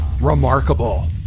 remarkable